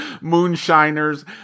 Moonshiners